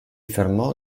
fermò